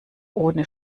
ohne